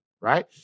right